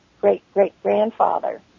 great-great-grandfather